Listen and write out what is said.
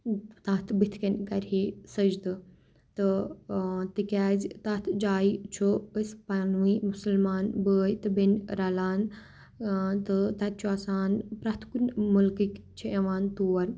تَتھ بٕتھِ کَنہِ کَرِہے سٕجدٕ تہٕ تِکیٛازِ تَتھ جایہِ چھُ أسی پانہٕ ؤنۍ مُسَلمان بٲے تہٕ بیٚنہِ رَلان تہٕ تَتہِ چھُ آسان پرٛٮ۪تھ کُنہِ مُلکٕکۍ چھِ یِوان تور